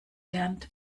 lernt